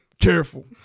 careful